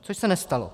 Což se nestalo.